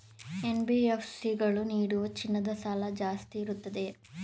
NBFC ಗಳು ನೀಡುವ ಚಿನ್ನದ ಸಾಲ ಜಾಸ್ತಿ ಇರುತ್ತದೆಯೇ?